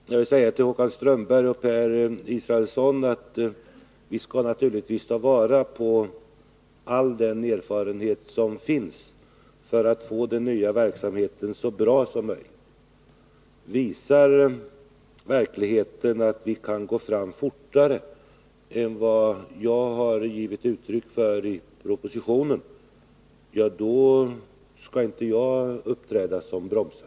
Herr talman! Jag vill säga till Håkan Strömberg och Per Israelsson att vi naturligtvis skall ta vara på all den erfarenhet som finns för att få den nya verksamheten så bra som det är möjligt. Visar verkligheten att vi kan gå fram fortare än vad jag har gett uttryck för i propositionen, skall inte jag uppträda som bromsare.